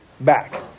back